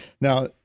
Now